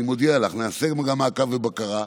אני מודיע לך, נעשה גם מעקב ובקרה.